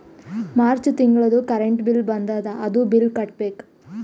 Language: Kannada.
ಮಾರ್ಚ್ ತಿಂಗಳದೂ ಕರೆಂಟ್ ಬಿಲ್ ಬಂದದ, ಅದೂ ಬಿಲ್ ಕಟ್ಟಬೇಕ್